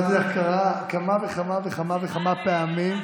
אמרתי לך שזה קרה כמה וכמה וכמה וכמה פעמים.